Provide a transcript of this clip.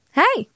hey